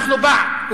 אנחנו בעד,